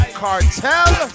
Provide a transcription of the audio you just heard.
cartel